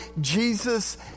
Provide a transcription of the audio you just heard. Jesus